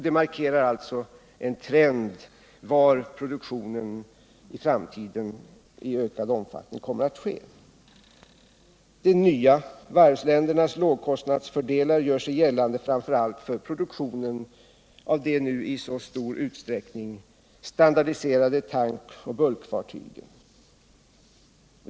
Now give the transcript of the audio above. Det markerar en trend var produktionen i framtiden i ökande omfattning kommer att ske. De ”nya” varvsländernas lågkostnadsfördelar gör sig gällande framför allt för produktion av de nu i stor utsträckning standardiserade tankoch bulkfartygen.